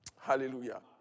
Hallelujah